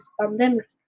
pandemic